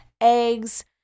eggs